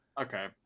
Okay